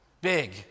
big